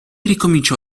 ricominciò